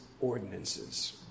ordinances